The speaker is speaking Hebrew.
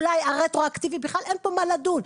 אולי הרטרואקטיבי, בכלל אין פה מה לדון.